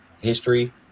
history